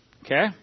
Okay